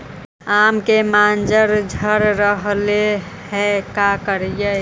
आम के मंजर झड़ रहले हे का करियै?